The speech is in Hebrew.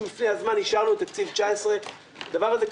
לפני הזמן אישרנו תקציב 2019. הדבר הזה,